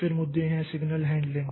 फिर मुद्दे हैं सिग्नल हैंडलिंग